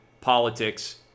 politics